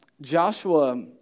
Joshua